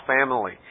family